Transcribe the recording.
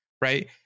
right